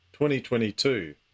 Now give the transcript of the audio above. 2022